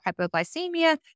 hypoglycemia